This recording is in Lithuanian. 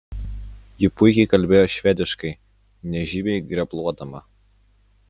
ji puikiai kalbėjo švediškai nežymiai grebluodama